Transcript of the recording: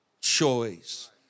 choice